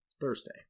Thursday